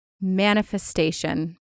manifestation